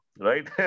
right